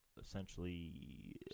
essentially